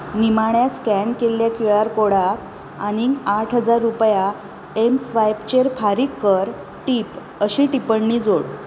निमाण्या स्कॅन केल्ल्या Q R कोडाक आनीक आठ हजार रुपया एम स्वायपचेर फारीक कर टिप अशी टिप्पणी जोड